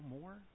more